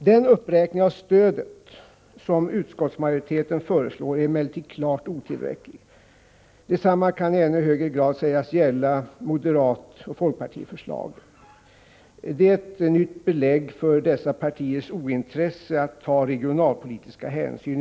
Den uppräkning av stödet som utskottsmajoriteten föreslår är emellertid klart otillräcklig. Detsamma kan i ännu högre grad sägas gälla förslagen från moderaterna och från folkpartiet. Det är ett nytt belägg för dessa partiers ointresse att ta regionalpolitiska hänsyn.